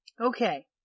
Okay